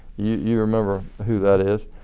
you remember who that is?